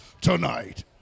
Tonight